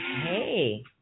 hey